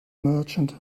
merchant